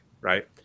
Right